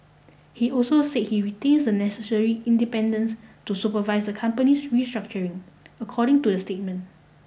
he also say he retains the necessary independence to supervise the company's restructuring according to the statement